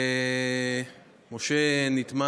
משה נטמן